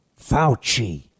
Fauci